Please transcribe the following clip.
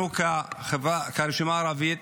אנחנו, כרשימה הערבית,